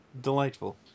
delightful